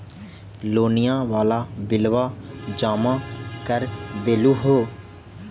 लोनिया वाला बिलवा जामा कर देलहो?